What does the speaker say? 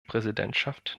präsidentschaft